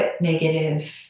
negative